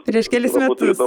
prieš kelis metus